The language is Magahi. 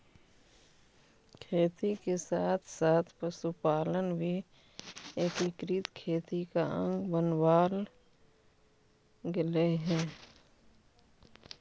खेती के साथ साथ पशुपालन भी एकीकृत खेती का अंग बनवाल गेलइ हे